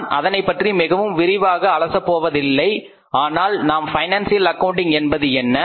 நான் அதனைப்பற்றி மிகவும் விரிவாக அலசப் போவதில்லை ஆனால் நாம் பைனான்சியல் அக்கவுண்டிங் என்பது என்ன